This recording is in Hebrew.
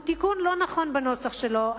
הוא תיקון לא נכון בנוסח שלו.